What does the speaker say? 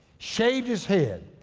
shaved his head.